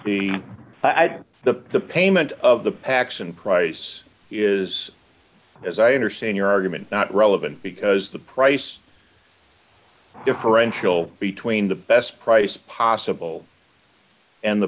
the the payment of the paxson price is as i understand your argument not relevant because the price differential between the best price possible and the